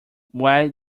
why